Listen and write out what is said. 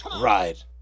right